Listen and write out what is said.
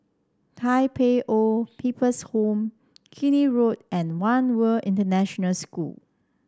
Tai Pei Old People's Home Keene Road and One World International School